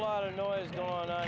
oh lot of noise going on